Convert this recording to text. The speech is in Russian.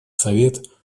совет